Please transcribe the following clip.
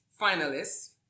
finalists